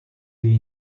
the